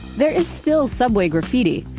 there is still subway graffiti.